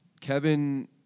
Kevin